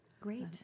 Great